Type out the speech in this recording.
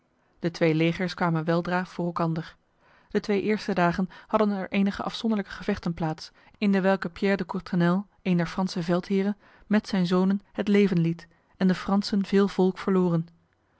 de twee legers kwamen weldra voor elkander de twee eerste dagen hadden er enige afzonderlijke gevechten plaats in dewelke pierre de courtrenel een der franse veldheren met zijn zonen het leven liet en de fransen veel volk verloren